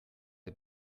der